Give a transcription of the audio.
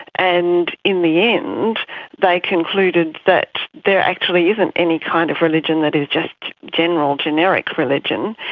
and in the end they concluded that there actually isn't any kind of religion that is just general, generic religion,